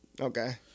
Okay